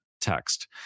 text